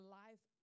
life